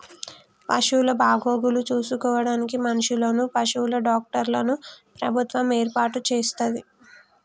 పశువుల బాగోగులు చూసుకోడానికి మనుషులను, పశువుల డాక్టర్లను ప్రభుత్వం ఏర్పాటు చేస్తది